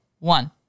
one